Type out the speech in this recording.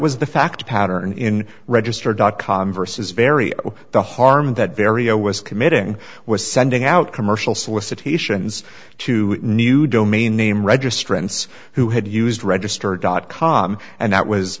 was the fact pattern in register dot com versus very the harm that verio was committing was sending out commercial solicitations to new domain name registrants who had used register dot com and that was